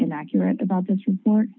inaccurate about this report